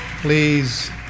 Please